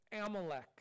Amalek